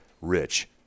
rich